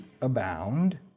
abound